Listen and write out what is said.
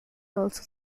also